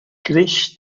creix